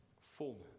Fullness